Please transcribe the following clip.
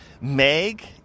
Meg